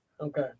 Okay